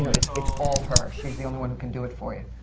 you know it's it's all her. she's the only one who can do it for you.